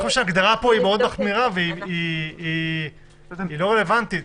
אני חושב שההגדרה פה מאוד מחמירה, ולא רלוונטית.